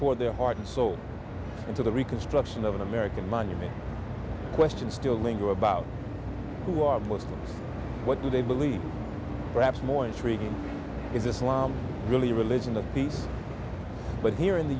pour their heart and soul into the reconstruction of an american monument questions still linger about who are muslims what do they believe perhaps more intriguing is islam really religion of peace but here in the